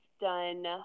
done